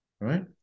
right